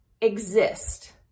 exist